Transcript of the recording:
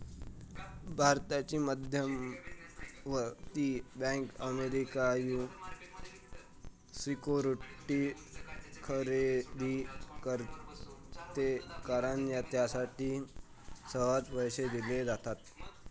भारताची मध्यवर्ती bank American securities खरेदी करते कारण त्यासाठी सहज पैसे दिले जातात